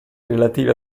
relativi